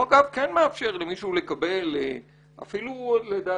הוא, אגב, כן מאפשר למישהו לקבל, אפילו לדעתי,